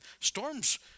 storms